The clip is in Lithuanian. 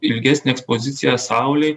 ilgesnė ekspozicija saulėj